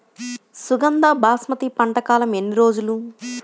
సుగంధ బాస్మతి పంట కాలం ఎన్ని రోజులు?